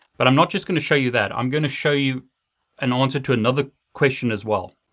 but i'm not just gonna show you that, i'm gonna show you an answer to another question as well.